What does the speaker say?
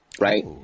right